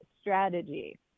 strategy